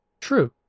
True